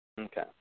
Okay